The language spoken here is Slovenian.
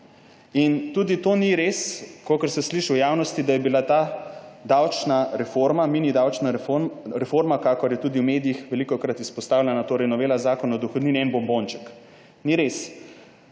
In tudi to ni res, kakor se sliši v javnosti, da je bila ta davčna reforma, mini davčna reforma, kakor je tudi v medijih velikokrat izpostavljena, torej novela Zakona o dohodnini, en bombonček. Ni res.